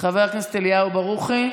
חבר הכנסת אליהו ברוכי,